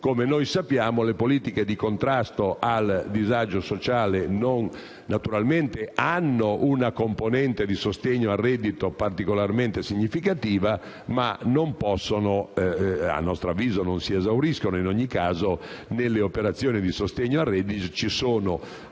Come sappiamo, le politiche di contrasto al disagio sociale hanno una componente di sostegno al reddito particolarmente significativa, ma a nostro avviso non si esauriscono nelle operazioni di sostegno al reddito. Ci sono